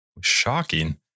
Shocking